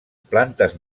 plantes